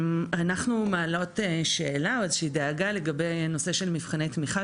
אנחנו מעלות שאלה או איזושהי דאגה לגבי נושא של מבחני תמכיה,